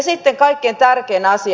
sitten kaikkein tärkein asia